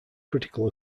critical